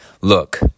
Look